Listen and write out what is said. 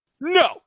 No